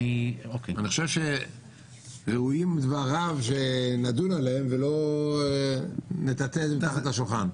אני חושב שראויים דבריו שנדון עליהם ולא נטאטא מתחת לשולחן.